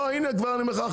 כבר אני אומר לך,